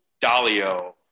Dalio